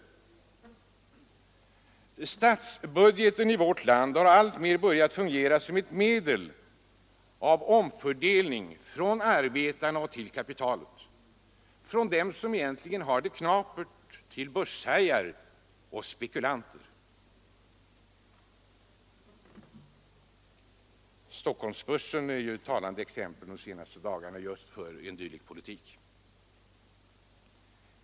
Statsbudgeten i vårt land har alltmer börjat fungera som ett medel för omfördelning från arbetarna till kapitalet — från dem som egentligen har det knapert till börshajar och spekulanter. Stockholmsbörsen under de senaste dagarna är ett talande exempel just på verkningarna av en dylik politik.